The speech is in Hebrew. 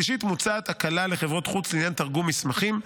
3. מוצעת הקלה לחברות-חוץ לעניין תרגום מסמכים.